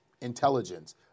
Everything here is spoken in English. intelligence